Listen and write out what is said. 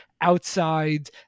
outside